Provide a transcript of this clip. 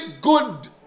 good